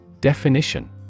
Definition